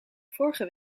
vorige